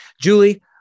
Julie